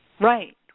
Right